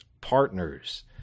partners